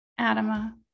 Adama